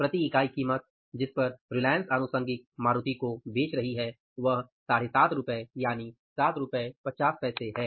प्रति इकाई कीमत जिस पर रिलायंस आनुषंगीक मारुती को बेच रही है वह 7 रु 50 पैसे है